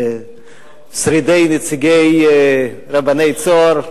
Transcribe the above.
לשרידי נציגי רבני "צהר",